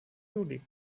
juli